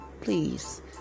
Please